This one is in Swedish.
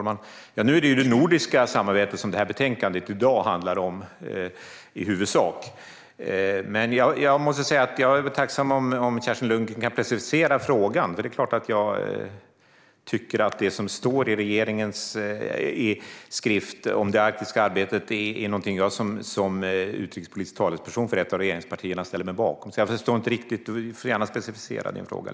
Fru talman! Nu är det ju det nordiska samarbetet som betänkandet i dag handlar om i huvudsak. Jag är tacksam om Kerstin Lundgren kan precisera frågan. Det är klart att det som står i regeringens skrift om det arktiska arbetet är någonting som jag som utrikespolitisk talesperson för ett av regeringspartierna står bakom. Jag förstår inte riktigt din fråga, så du får gärna specificera den lite.